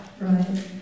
Right